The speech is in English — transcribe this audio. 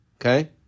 okay